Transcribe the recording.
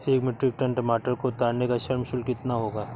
एक metric tonne टमाटर को उतारने का श्रम शुल्क कितना होगा?